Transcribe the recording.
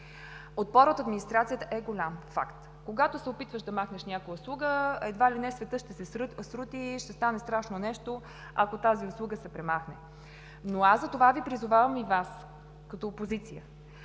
Отпорът на администрацията е голям – факт! Когато се опитваш да махнеш някоя услуга, едва ли не светът ще се срути, ще стане страшно нещо, ако тя се премахне. Затова призовавам и Вас, като опозиция: